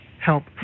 help